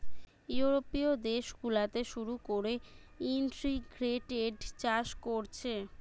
ইউরোপীয় দেশ গুলাতে শুরু কোরে ইন্টিগ্রেটেড চাষ কোরছে